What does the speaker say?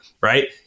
right